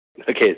Okay